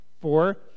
four